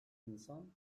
insan